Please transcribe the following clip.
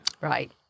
right